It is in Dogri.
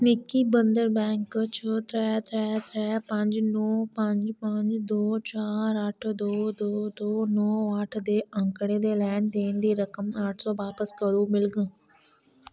मिगी बंधन बैंक च त्रै त्रै त्रै पंज नौ पंज पंज दो चार अट्ठ दो दो दो नौ अट्ठ दे आंकड़े दे लैन देन दी रकम अट्ठ सौ बापस कदूं मिलग